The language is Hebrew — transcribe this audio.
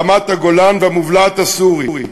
רמת-הגולן והמובלעת הסורית,